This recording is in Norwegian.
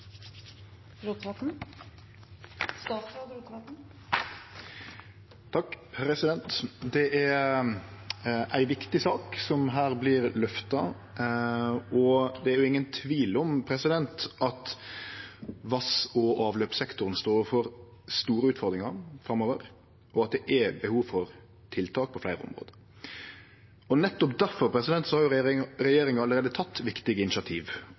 ei viktig sak som her vert løfta. Det er ingen tvil om at vass- og avløpssektoren står overfor store utfordringar framover, og at det er behov for tiltak på fleire område. Nettopp difor har regjeringa allereie teke viktige initiativ, og vi kjem til å gjere meir. Eg meiner det er viktig å sørgje for at ein har